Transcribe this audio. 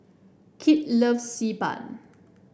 Kit loves Xi Ban